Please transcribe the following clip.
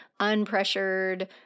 unpressured